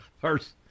first